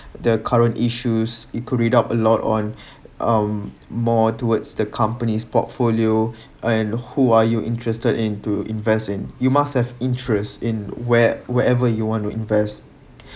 the current issues you could read up a lot on um more towards the company's portfolio and who are you interested in to invest in you must have interest in where wherever you want to invest